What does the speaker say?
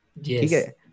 Yes